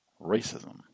racism